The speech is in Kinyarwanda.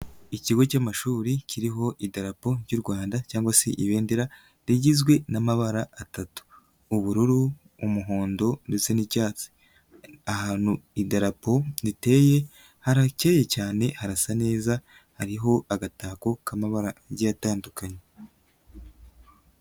Ikigo cy'amashuri kiriho idarapo ry'u Rwanda cyangwa se ibendera rigizwe n'amabara atatu, ubururu, umuhondo ndetse n'icyatsi, ahantu idarapo riteye harakeye cyane harasa neza hariho agatako k'amabara agiye atandukanye.